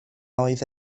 oedd